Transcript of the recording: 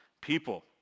people